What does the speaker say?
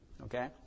okay